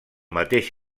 mateix